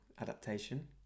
adaptation